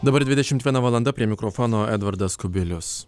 dabar dvidešimt viena valanda prie mikrofono edvardas kubilius